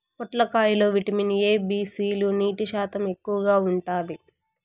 పొట్లకాయ లో vitamin A, B, C లు, నీటి శాతం ఎక్కువగా ఉంటాది